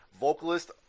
vocalist